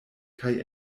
kaj